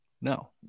No